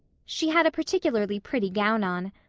she had a particularly pretty gown on.